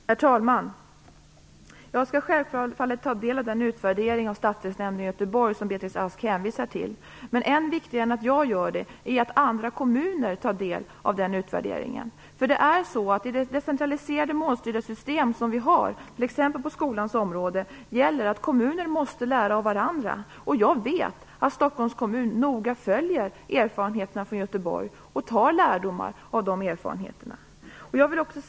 Herr talman! Jag skall självfallet ta del av den utvärdering av stadsdelsnämnderna i Göteborg som Beatrice Ask hänvisar till. Men än viktigare än att jag gör det är att andra kommuner tar del av utvärderingen. I det decentraliserade målstyrda system som vi har, t.ex. på skolans område, gäller att kommuner måste lära av varandra. Jag vet att Stockholms kommun noga följer erfarenheterna från Göteborg och tar lärdom av dessa erfarenheter.